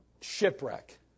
shipwreck